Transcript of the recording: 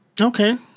Okay